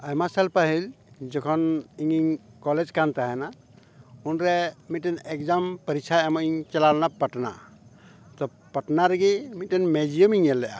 ᱟᱭᱢᱟ ᱥᱟᱞ ᱯᱟᱹᱦᱤᱞ ᱡᱚᱠᱷᱚᱱ ᱤᱧᱤᱧ ᱠᱚᱞᱮᱡᱽ ᱠᱟᱱ ᱛᱟᱦᱮᱱᱟ ᱩᱱᱨᱮ ᱢᱤᱫᱴᱮᱱ ᱮᱠᱡᱟᱢ ᱯᱟᱨᱤᱠᱽᱠᱷᱟ ᱮᱢᱚᱜ ᱤᱧ ᱪᱟᱞᱟᱣ ᱞᱮᱱᱟ ᱯᱟᱴᱱᱟ ᱛᱚ ᱯᱟᱴᱱᱟ ᱨᱮᱜᱮ ᱢᱤᱫᱴᱮᱱ ᱢᱤᱭᱩᱡᱤᱭᱟᱢ ᱤᱧ ᱧᱮᱞ ᱞᱮᱜᱼᱟ